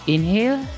Inhale